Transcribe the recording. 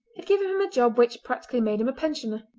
had given him a job which practically made him a pensioner.